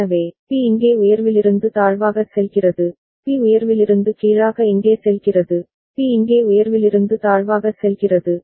எனவே பி இங்கே உயர்விலிருந்து தாழ்வாக செல்கிறது பி உயர்விலிருந்து கீழாக இங்கே செல்கிறது பி இங்கே உயர்விலிருந்து தாழ்வாக செல்கிறது